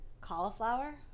Cauliflower